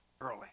early